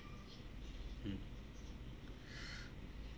mm